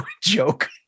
joke